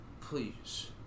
Please